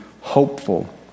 Hopeful